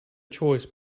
choice